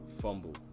fumble